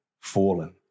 fallen